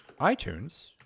iTunes